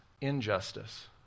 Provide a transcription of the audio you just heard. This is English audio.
injustice